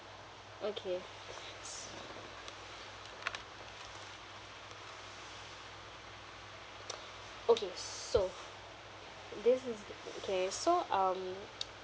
okay s~ okay so this is okay so um